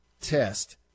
test